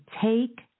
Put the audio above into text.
take